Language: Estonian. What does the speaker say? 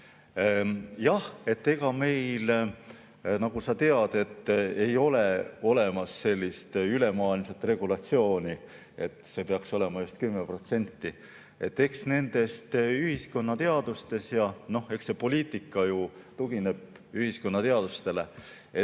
Jah, ega meil, nagu sa tead, ei ole olemas sellist ülemaailmset regulatsiooni, et see peaks olema just 10%. Eks ühiskonnateadustes – poliitika ju tugineb ühiskonnateadustele –